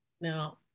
now